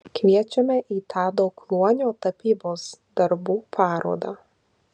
kviečiame į tado kluonio tapybos darbų parodą